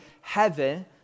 heaven—